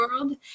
world